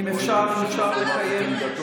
אני צריכה להזכיר להם, הם לא זוכרים.